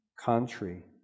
country